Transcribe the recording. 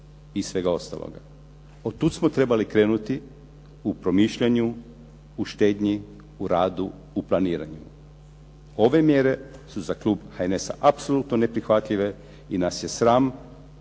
i svega ostaloga. Od tuda smo trebali krenuti u promišljanju u štednji u radu u planiranju. Ove mjere za klub HNS-a apsolutno neprihvatljive i nas je sram